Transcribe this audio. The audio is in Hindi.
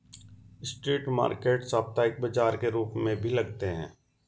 स्ट्रीट मार्केट साप्ताहिक बाजार के रूप में भी लगते हैं